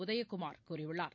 உதயகுமார் கூறியுள்ளார்